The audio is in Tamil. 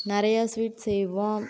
நிறைய ஸ்வீட் செய்வோம்